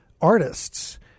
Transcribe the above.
artists